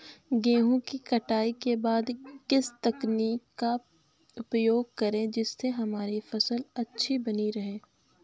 गेहूँ की कटाई के बाद किस तकनीक का उपयोग करें जिससे हमारी फसल अच्छी बनी रहे?